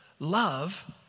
Love